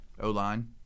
O-line